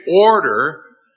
order